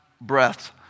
breath